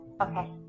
Okay